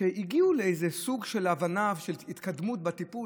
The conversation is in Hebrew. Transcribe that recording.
שבהן הגיעו לאיזה סוג של הבנה ושל התקדמות בטיפול.